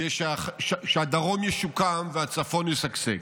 כדי שהדרום ישוקם והצפון ישגשג.